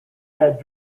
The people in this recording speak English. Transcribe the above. had